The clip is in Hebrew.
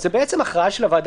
זו בעצם הכרעה של הוועדה.